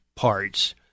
Parts